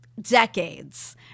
decades